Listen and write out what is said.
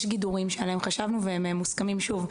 יש גידורים שעליהם חשבנו והם מוסכמים שוב.